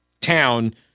town